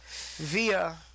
via